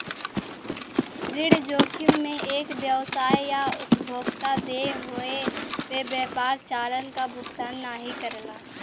ऋण जोखिम में एक व्यवसाय या उपभोक्ता देय होये पे व्यापार चालान क भुगतान नाहीं करला